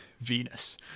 venus